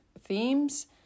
themes